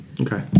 Okay